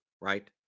right